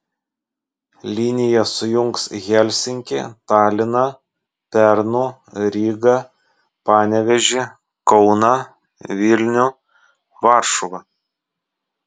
linija sujungs helsinkį taliną pernu rygą panevėžį kauną vilnių varšuvą